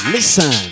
Listen